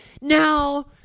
now